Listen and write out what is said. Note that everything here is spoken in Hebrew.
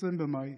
20 במאי,